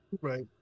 Right